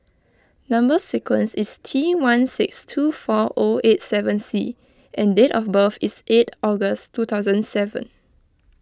Number Sequence is T one six two four O eight seven C and date of birth is eight August two thousand and seven